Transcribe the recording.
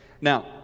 Now